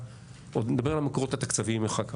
עוד נדבר על המקורות התקציביים אחר כך,